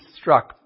struck